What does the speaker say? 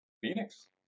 Phoenix